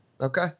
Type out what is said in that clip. Okay